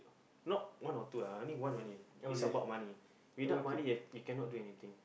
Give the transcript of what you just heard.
no one or two ah I only one only is about money without money there you cannot do anything